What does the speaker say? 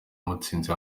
mutsinzi